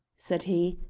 said he,